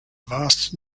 vast